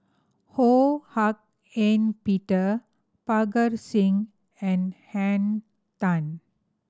Ho Hak Ean Peter Parga Singh and Henn Tan